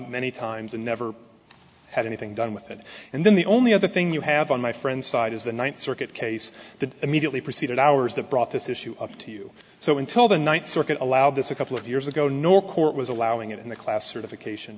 many times and never had anything done with it and then the only other thing you have on my friend's side is the ninth circuit case that immediately preceded ours that brought this issue up to you so until the ninth circuit allowed this a couple of years ago nor court was allowing it in the classification